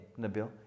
nabil